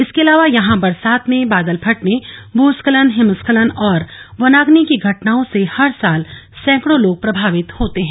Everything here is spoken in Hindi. इसके अलावा यहां बरसात में बादल फटने भूस्खलन हिमस्खलन और वनाग्नि की घटनाओं से हर साल सैकड़ों लोग प्रभावित होते हैं